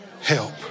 help